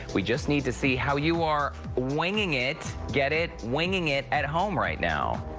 we just need to see how you are winging it, get it, winging it at home right now.